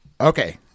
Okay